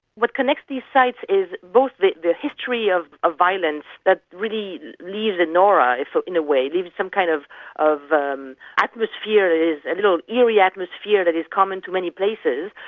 what connects these sites is both the the history of ah violence that really leaves an aura ah in a way, leaves some kind of of um atmosphere, is a little eerie atmosphere that is common to many places.